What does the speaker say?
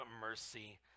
mercy